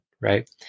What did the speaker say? right